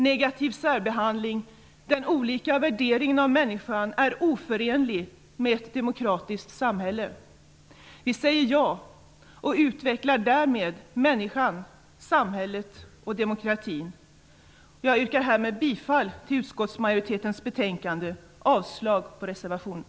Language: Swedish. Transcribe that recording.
Negativ särbehandling, där människor värderas på olika sätt, är oförenligt med ett demokratisk samhälle. Vi säger ja och utvecklar därmed människan, samhället och demokratin. Jag yrkar härmed bifall till utskottsmajoritetens hemställan och avslag på reservationen.